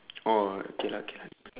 oh okay lah okay lah